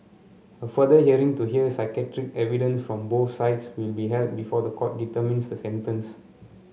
a further hearing to hear psychiatric evidence from both sides will be held before the court determines the sentence